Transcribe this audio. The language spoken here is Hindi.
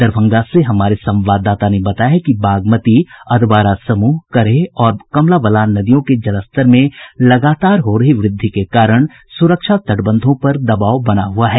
दरभंगा से हमारे संवाददाता ने बताया है कि बागमती अधवारा समूह करेह और कमला बलान नदियों के जलस्तर में लगातार हो रही वृद्धि के कारण सुरक्षा तटबंधों पर दबाव बना हुआ है